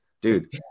dude